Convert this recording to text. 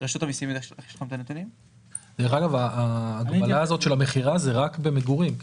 דרך אגב, ההגבלה של המכירה היא רק במגורים.